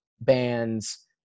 bands